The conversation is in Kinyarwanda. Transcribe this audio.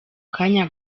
kanya